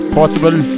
possible